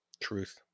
Truth